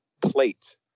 plate